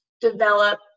develop